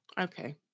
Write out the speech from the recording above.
Okay